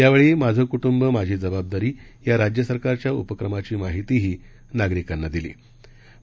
यावेळी माझे क्ट्ंब माझी जबाबदारी या राज्य सरकारच्या उपक्रमाची माहितीही नागरिकांना दिली गेली